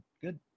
good